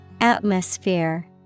Atmosphere